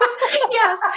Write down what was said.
Yes